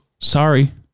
sorry